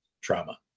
trauma